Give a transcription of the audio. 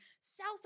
South